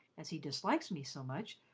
as he dislikes me so much,